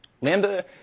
Lambda